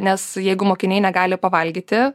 nes jeigu mokiniai negali pavalgyti